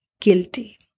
guilty